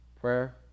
prayer